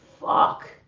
fuck